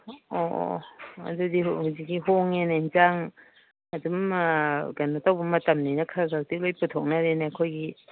ꯑꯣ ꯑꯣ ꯑꯣ ꯑꯗꯨꯗꯤ ꯍꯧꯖꯤꯛꯀꯤ ꯍꯣꯡꯉꯦꯅꯦ ꯌꯦꯟꯁꯥꯡ ꯑꯗꯨꯝ ꯀꯩꯅꯣ ꯇꯧꯕ ꯃꯇꯝꯅꯤꯅ ꯈꯔ ꯈꯔꯗꯤ ꯂꯣꯏ ꯄꯨꯊꯣꯛꯅꯔꯦꯅꯦ ꯑꯩꯈꯣꯏꯒꯤ